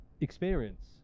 experience